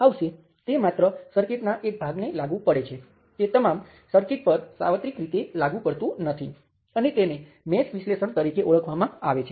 આપણે જે કરવા માંગીએ છીએ તે સહાયક ચલો રજૂ કર્યા વિના મેશ વિશ્લેષણ કરવાનું છે